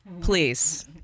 Please